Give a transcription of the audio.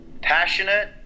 Passionate